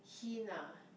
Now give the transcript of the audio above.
hint ah